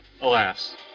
Alas